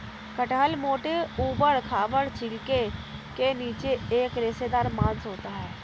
कटहल मोटे, ऊबड़ खाबड़ छिलके के नीचे एक रेशेदार मांस होता है